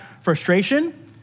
frustration